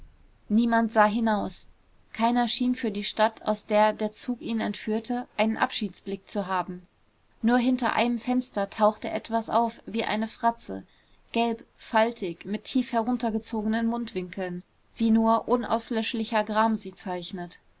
niemand sah hinaus keiner schien für die stadt aus der der zug ihn entführte einen abschiedsblick zu haben nur hinter einem fenster tauchte etwas auf wie eine fratze gelb faltig mit tief heruntergezogenen mundwinkeln wie nur unauslöschlicher gram sie zeichnet